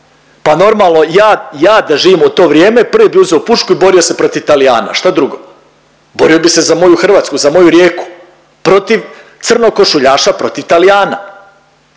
Pa normalno ja, ja da živim u to vrijeme prvi bi uzeo pušku i borio se protiv Talijana, šta drugo. Borio bi se za moju Hrvatsku za moju Rijeku, protiv crnokošuljaša, protiv Talijana.